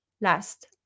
last